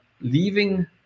leaving